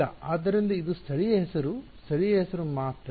ಇಲ್ಲ ಆದ್ದರಿಂದ ಇದು ಸ್ಥಳೀಯ ಹೆಸರು ಸ್ಥಳೀಯ ಹೆಸರು ಮಾತ್ರ